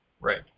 Right